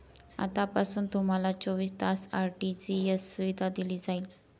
आतापासून तुम्हाला चोवीस तास आर.टी.जी.एस सुविधा दिली जाईल